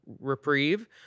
reprieve